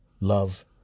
Love